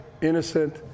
innocent